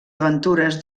aventures